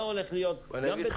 מה הולך להיות --- חלומות.